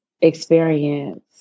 experience